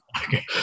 Okay